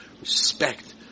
respect